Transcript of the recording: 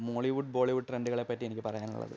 മോളിവുഡും Bollywood ട്രെൻഡുകളെ പറ്റി എനിക്ക് പറയാനുള്ളത്